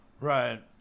right